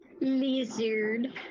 Lizard